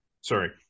sorry